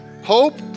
Hope